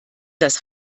das